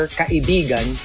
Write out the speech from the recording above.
kaibigan